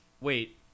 Wait